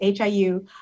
HIU